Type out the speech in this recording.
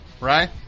right